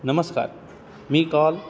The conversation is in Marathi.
नमस्कार मी काल